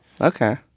okay